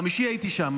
ביום חמישי הייתי שם,